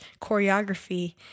choreography